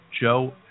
Joe